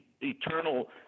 eternal